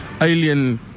alien